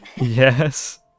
yes